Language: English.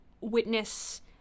witness